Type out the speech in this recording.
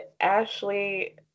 Ashley